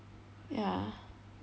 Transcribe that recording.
ya